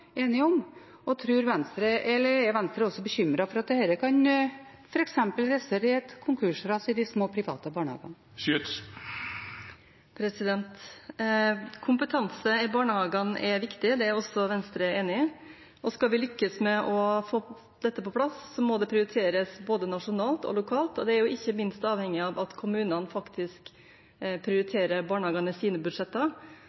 Venstre også bekymret for at dette kan f.eks. resultere i et konkursras i de små private barnehagene? Kompetanse i barnehagene er viktig. Det er også Venstre enig i. Skal vi lykkes med å få dette på plass, må det prioriteres både nasjonalt og lokalt. Det er ikke minst avhengig av at kommunene faktisk